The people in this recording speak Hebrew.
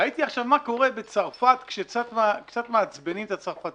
ראיתי עכשיו מה קורה בצרפת כשקצת מעצבנים את הצרפתים,